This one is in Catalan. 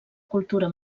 cultura